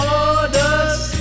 orders